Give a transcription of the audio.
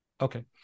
okay